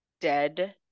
dead